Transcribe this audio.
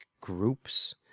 groups